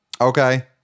Okay